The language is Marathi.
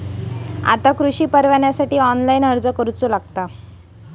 आता कृषीपरवान्यासाठी ऑनलाइन अर्ज करूचो लागता